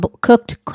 cooked